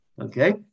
Okay